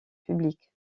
public